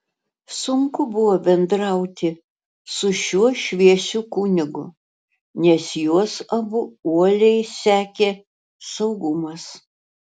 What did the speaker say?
sunku buvo bendrauti su šiuo šviesiu kunigu nes juos abu uoliai sekė saugumas